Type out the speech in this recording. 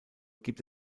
gibt